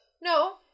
no